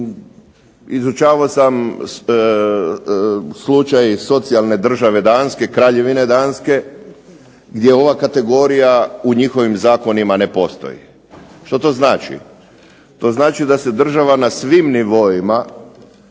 Izučavao sam slučaj socijalne države Danske, Kraljevine Danske gdje ova kategorija u njihovim zakonima ne postoji. Što to znači? To znači da se država na svim nivoima,